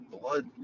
blood